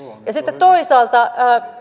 sitten toisaalta